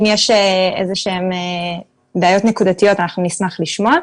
אם יש איזה שהן בעיות נקודתיות, אנחנו נשמח לשמוע.